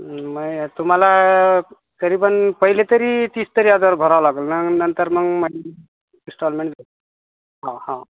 नाही तुम्हाला तरी पण पहिले तरी तीस तरी हजार भरावे लागेल नं नंतर मग इन्स्टॉलमेंट हा हा